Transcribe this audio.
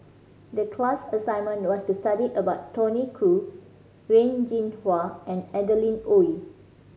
the class assignment was to study about Tony Khoo Wen Jinhua and Adeline Ooi